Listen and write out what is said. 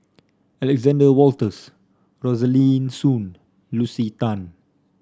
Alexander Wolters Rosaline Soon Lucy Tan